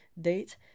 date